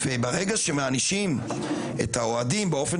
וברגע שמענישים את האוהדים באופן